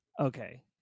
Okay